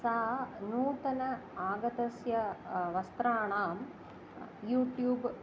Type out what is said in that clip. सा नूतन आगतस्य वस्त्राणां यूट्यूब्